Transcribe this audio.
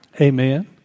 Amen